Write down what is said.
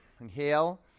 Inhale